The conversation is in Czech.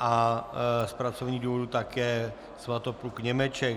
a z pracovních důvodů také Svatopluk Němeček.